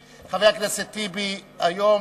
היום,